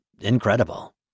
incredible